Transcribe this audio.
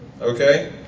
Okay